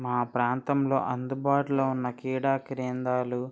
మా ప్రాంతంలో అందుబాటులో ఉన్న క్రీడా కేంద్రాలు